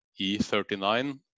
E39